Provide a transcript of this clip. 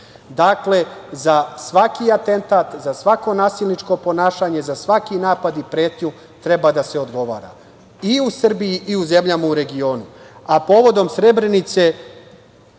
Dakle, za svaki atentat, za svako nasilničko ponašanje, ispad i pretnju treba da se odgovara i u Srbiji i u zemljama u regionu. Povodom Srebrenice